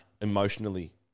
emotionally